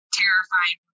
terrifying